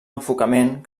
enfocament